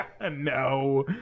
No